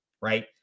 right